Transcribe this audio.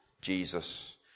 Jesus